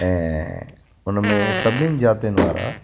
ऐं उन में सभिनीनि जातियुनि वारा